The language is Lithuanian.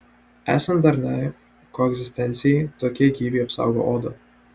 esant darniai koegzistencijai tokie gyviai apsaugo odą